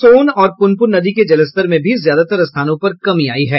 सोन और पुनपुन नदी के जलस्तर में भी ज्यादातर स्थानों पर कमी आयी है